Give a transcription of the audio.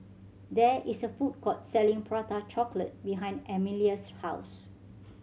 there is a food court selling Prata Chocolate behind Emilia's house